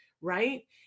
Right